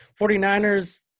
49ers